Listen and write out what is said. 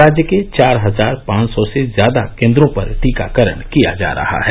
राज्य के चार हजार पांच सौ से ज्यादा केन्द्रों पर टीकाकरण किया जा रहा है